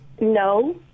No